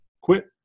quit